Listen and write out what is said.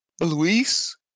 Luis